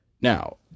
Now